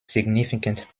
significant